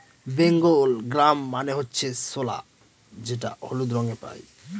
Bengal gram মানে হচ্ছে ছোলা যেটা হলুদ রঙে পাই